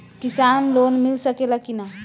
किसान लोन मिल सकेला कि न?